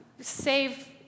save